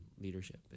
leadership